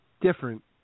Different